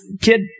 kid